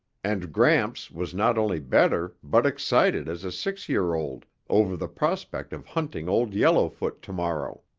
and gramps was not only better but excited as a six-year-old over the prospect of hunting old yellowfoot tomorrow.